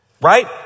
Right